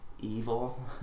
evil